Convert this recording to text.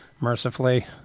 mercifully